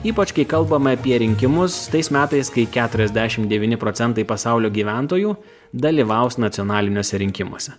ypač kai kalbama apie rinkimus tais metais kai keturiasdešim devyni procentai pasaulio gyventojų dalyvaus nacionaliniuose rinkimuose